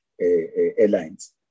airlines